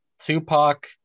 Tupac